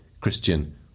Christian